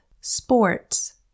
Sports